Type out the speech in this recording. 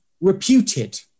reputed